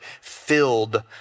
filled